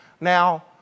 Now